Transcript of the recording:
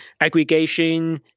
aggregation